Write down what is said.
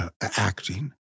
acting